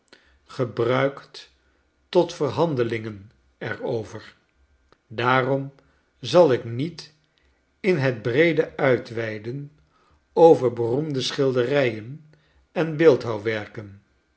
gebruikt tot verhandelingen er over daarom zal ik niet in het breede uitweiden over beroemde schilderijen en